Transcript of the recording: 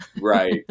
Right